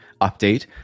update